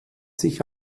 sich